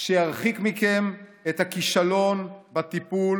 שירחיק מכם את הכישלון בטיפול